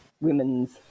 women's